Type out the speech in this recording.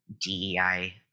DEI